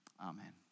amen